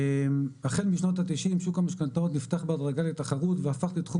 "החל משנות ה-90 שוק המשכנתאות נפתח בהדרגה לתחרות והפך להיות תחום